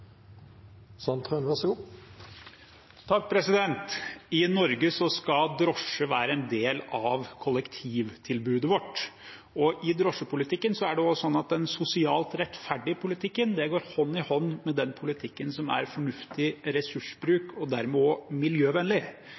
I Norge skal drosje være en del av kollektivtilbudet vårt. I drosjepolitikken går en sosialt rettferdig politikk hånd i hånd med den politikken som er fornuftig ressursbruk, og dermed også miljøvennlig.